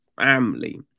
family